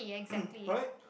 right